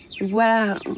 Wow